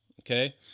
okay